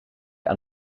aan